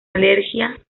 alergia